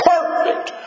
Perfect